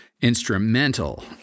instrumental